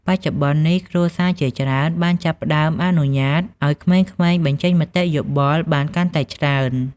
បច្ចុប្បន្ននេះ គ្រួសារជាច្រើនបានចាប់ផ្ដើមអនុញ្ញាតឲ្យក្មេងៗបញ្ចេញមតិយោបល់បានកាន់តែច្រើន។